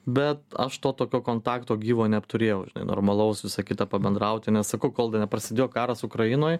bet aš to tokio kontakto gyvo neapturėjau žinai normalaus visa kita pabendrauti nes sakau kol da neprasidėjo karas ukrainoj